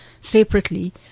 separately